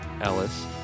Ellis